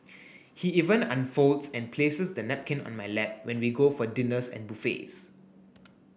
he even unfolds and places the napkin on my lap when we go for dinners and buffets